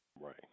Right